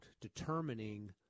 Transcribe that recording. determining